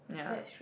yeah